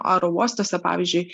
aerouostuose pavyzdžiui